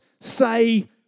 say